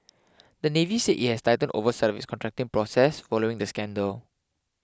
the Navy said it has tightened oversight of its contracting process following the scandal